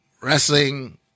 Wrestling